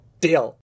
Deal